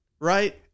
Right